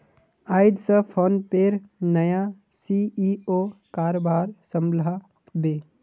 आइज स फोनपेर नया सी.ई.ओ कारभार संभला बे